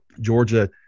Georgia